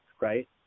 right